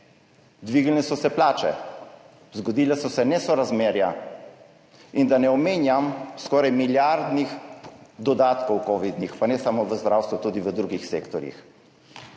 Dvignile so se plače, zgodila so se nesorazmerja. In da ne omenjam skoraj milijardnih kovidnih dodatkov, pa ne samo v zdravstvu, tudi v drugih sektorjih.